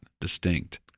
distinct